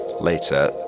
later